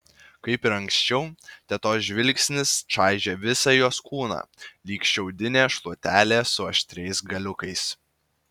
kaip ir anksčiau tetos žvilgsnis čaižė visą jos kūną lyg šiaudinė šluotelė su aštriais galiukais